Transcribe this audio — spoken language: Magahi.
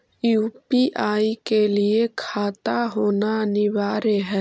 यु.पी.आई के लिए खाता होना अनिवार्य है?